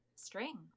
string